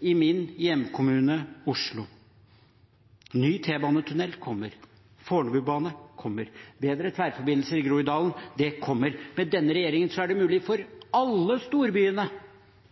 i min hjemkommune, Oslo. Ny T-banetunnel kommer. Fornebubanen kommer. Bedre tverrforbindelser i Groruddalen kommer. Med denne regjeringen er det mulig for alle storbyene